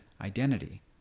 identity